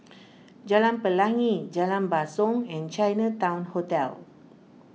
Jalan Pelangi Jalan Basong and Chinatown Hotel